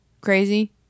crazy